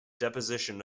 deposition